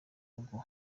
rugo